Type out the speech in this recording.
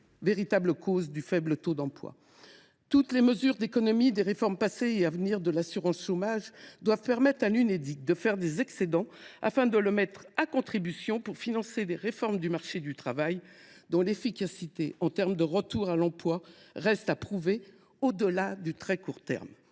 véritable cause du faible taux d’emploi. Toutes les mesures d’économies des réformes passées et à venir de l’assurance chômage doivent permettre à l’Unédic de faire des excédents, afin de mettre cet organisme à contribution pour financer des réformes du marché du travail dont l’efficacité en termes de retour à l’emploi reste à prouver au delà du très court terme.